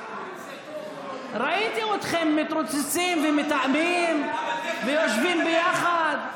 ראיתי אתכם מתרוצצים ומתאמים ויושבים ביחד.